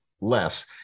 less